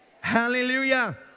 Hallelujah